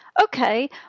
okay